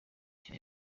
cya